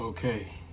Okay